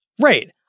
right